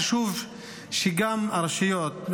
חשוב שגם הרשויות,